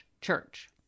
church